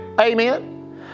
Amen